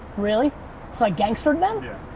really? so i gangstered them? yeah.